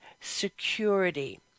security